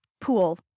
pool